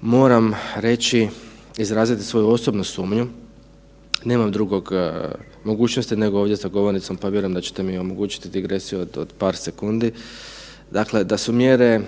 Moram reći, izraziti svoju osobnu sumnju, nemam drugog mogućnosti nego ovdje za govornicom, pa vjerujem da ćete mi omogućit digresiju od par sekundi. Dakle, da su mjere